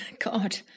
God